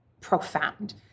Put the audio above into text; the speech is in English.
profound